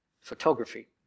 photography